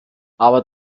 aber